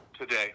today